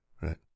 right